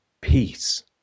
peace